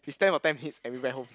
is ten or ten heads everywhere home